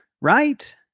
right